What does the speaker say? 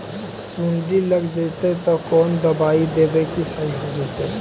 सुंडी लग जितै त कोन दबाइ देबै कि सही हो जितै?